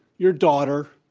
your daughter,